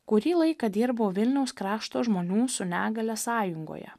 kurį laiką dirbau vilniaus krašto žmonių su negalia sąjungoje